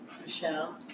Michelle